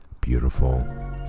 Beautiful